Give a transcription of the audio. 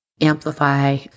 amplify